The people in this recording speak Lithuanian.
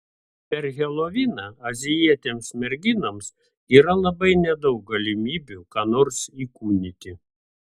per heloviną azijietėms merginoms yra labai nedaug galimybių ką nors įkūnyti